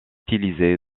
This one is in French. utilisé